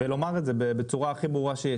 אני רוצה לומר את זה בצורה הכי ברורה שיש,